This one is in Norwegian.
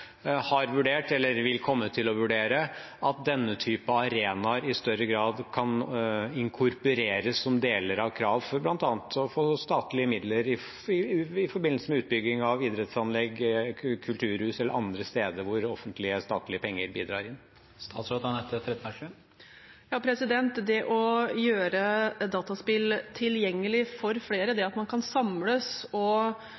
har vurdert eller vil komme til å vurdere at denne type arenaer i større grad kan inkorporeres som deler av krav for bl.a. å få statlige midler i forbindelse med utbygging av idrettsanlegg, kulturhus eller andre steder hvor offentlige, statlige penger bidrar. Det å gjøre dataspill tilgjengelig for flere, det